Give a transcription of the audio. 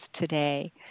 today